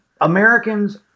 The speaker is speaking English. Americans